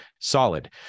solid